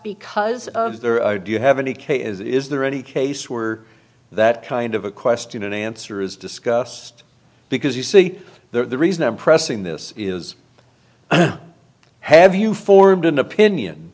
because of the do you have any k is there any case were that kind of a question an answer is discussed because you see there the reason i'm pressing this is have you formed an opinion